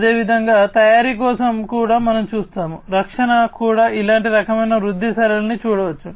అదేవిధంగా తయారీ కోసం కూడా మనం చూస్తాము రక్షణ కూడా ఇలాంటి రకమైన వృద్ధి సరళిని చూడవచ్చు